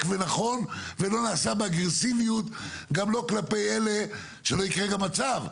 ונכון ולא נעשה באגרסיביות גם לא כלפי אלה שלא יקרה גם מצב,